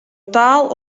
taal